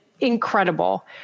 incredible